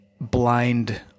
Blind